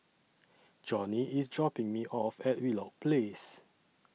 Johnny IS dropping Me off At Wheelock Place